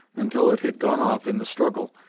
until it had gone off in the struggle,